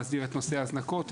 להסדיר את נושא ההזנקות,